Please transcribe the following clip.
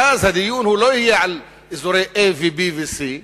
ואז הדיון, הוא לא יהיה על אזורי A ו-B ו-C,